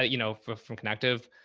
ah you know, for, from connective,